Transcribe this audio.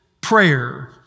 prayer